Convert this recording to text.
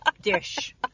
dish